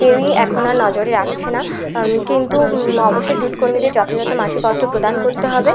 কেউই এখন আর নজরে রাখছে না কিন্তু অবশ্যই জুট কর্মীদের যথাযথ মাসিক অর্থ প্রদান করতে হবে